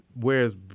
Whereas